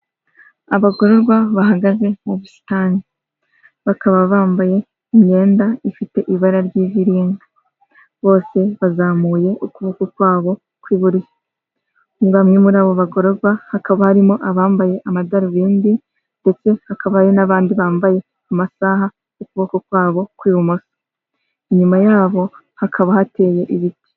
Abagororwa bahagaze mu busitani, bakaba bambaye imyenda ifite ibara ry'iviringa, bose bazamuye ukuboko kwabo, muri abo bagororwa hakaba harimo abambaye amadarubindi ndetse hakaba ari n'abandi bambaye amasaha, ku kuboko kwabo, inyuma yabo hakaba hateye ibiti.